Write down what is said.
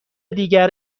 دیگر